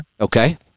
Okay